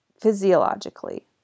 physiologically